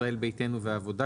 ישראל ביתנו והעבודה.